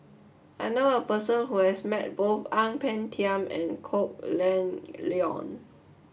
I know a person who has met both Ang Peng Tiam and Kok Leun